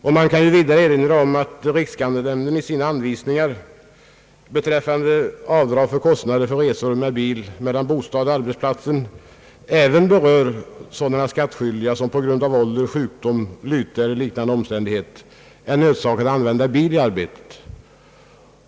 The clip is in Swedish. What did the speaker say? Vidare kan erinras om att riksskattenämnden i sina anvisningar beträffande avdrag för kostnader för resor med bil mellan bostad och arbetsplats även berör sådana skattskyldiga som på grund av ålder, sjukdom, lyte eller liknande omständigheter är nödsakade att använda bil i arbetet.